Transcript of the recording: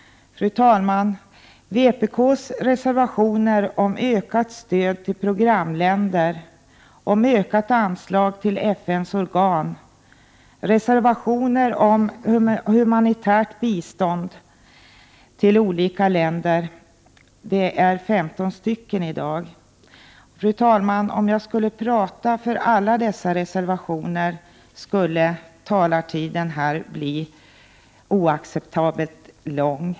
Fru talman! Vpk:s reservationer om ökat stöd till programländer, om ökade anslag till FN:s organ och om humanitärt bistånd till olika länder är i dag 15 stycken. Om jag skulle tala för alla dessa reservationer skulle min taletid bli oacceptabelt lång.